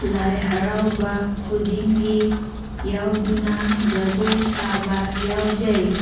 ꯂꯥꯏ ꯍꯔꯥꯎꯕ ꯈꯨꯗꯤꯡꯒꯤ ꯌꯥꯎꯗꯨꯅ ꯖꯒꯣꯏ ꯁꯥꯕ ꯌꯥꯎꯖꯩ